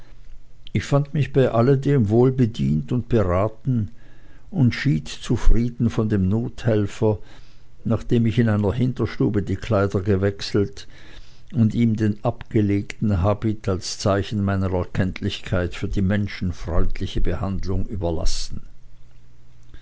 ich fand mich bei alledem wohl bedient und beraten und schied zufrieden von dem nothelfer nachdem ich in einer hinterstube die kleider gewechselt und ihm den abgelegten habit als zeichen meiner erkenntlichkeit für menschenfreundliche behandlung überlassen